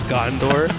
Gondor